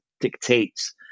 dictates